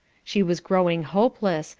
she was growing hopeless,